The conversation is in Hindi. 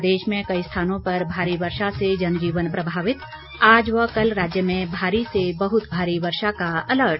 प्रदेश में कई स्थानों पर भारी वर्षा से जनजीवन प्रभावित आज व कल राज्य में भारी से बहुत भारी वर्षा का अलर्ट